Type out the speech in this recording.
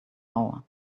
hour